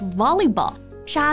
volleyball